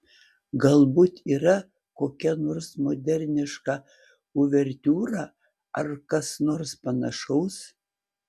galbūt yra kokia nors moderniška uvertiūra ar kas nors panašaus